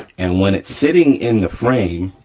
and when it's sitting in the frame,